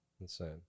insane